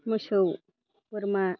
मोसौ बोरमा